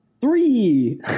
Three